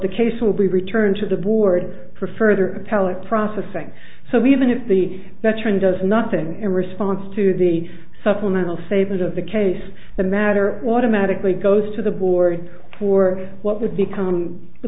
the case will be returned to the board for further appellate processing so we even if the veteran does nothing in response to the supplemental statement of the case the matter automatically goes to the board for what would become the